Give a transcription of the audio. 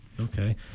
Okay